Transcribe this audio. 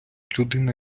людина